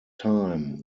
time